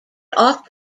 off